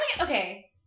okay